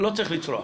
לא צריך לצרוח.